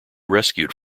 rescued